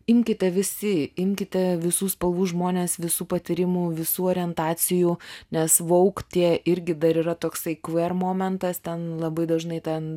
imkite visi imkite visų spalvų žmones visų patyrimų visų orientacijų nes vouk jie irgi dar yra toksai kver momentas ten labai dažnai ten